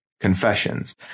Confessions